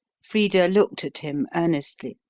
frida looked at him earnestly.